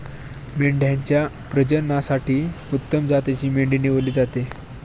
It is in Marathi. मेंढ्यांच्या प्रजननासाठी उत्तम जातीची मेंढी निवडली जाते